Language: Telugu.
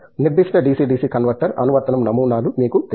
నిర్దిష్ట DC DC కన్వర్టర్ అనువర్తనం నమూనాలు మీకు తెలుసు